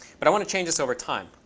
but i want to change this over time.